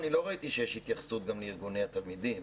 לא ראיתי שיש התייחסות גם לארגוני התלמידים.